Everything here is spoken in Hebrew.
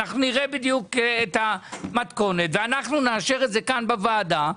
אנחנו נראה בדיוק את המתכונת ואנחנו נאשר את זה כאן בוועדה,